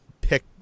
pick